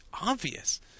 obvious